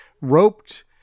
roped